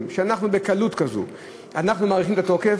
שאנחנו בקלות כזאת מאריכים את התוקף,